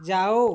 जाओ